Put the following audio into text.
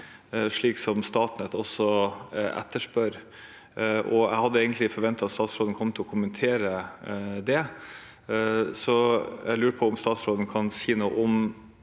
slik som Statnett også etterspør. Jeg hadde egentlig forventet at statsråden kom til å kommentere det, så jeg lurer på om statsråden kan si noe om